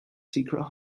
secret